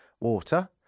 water